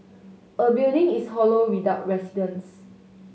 a building is hollow without residents